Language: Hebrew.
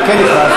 אני כן הכרזתי.